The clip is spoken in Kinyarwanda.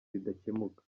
bidakemuka